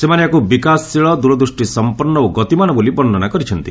ସେମାନେ ଏହାକୁ ବିକାଶଶୀଳ ଦୂରଦୃଷ୍ଟିସଫପନ୍ନ ଓ ଗତିମାନ ବୋଲି ବର୍ଣ୍ଣନା କରିଛନ୍ତି